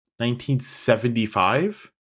1975